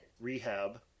rehab